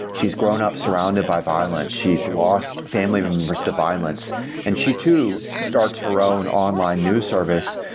she's grown up surrounded by violence. she's lost family members to violence and she too starts her own online news service,